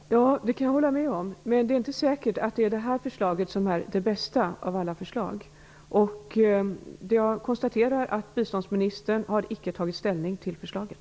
Fru talman! Ja, det kan jag hålla med om, men det är inte säkert att detta förslag är det bästa av alla. Jag konstaterar att biståndsministern icke har tagit ställning till förslaget.